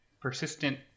persistent